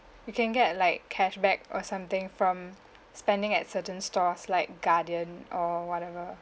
you can get like cashback or something from spending at certain stores like guardian or whatever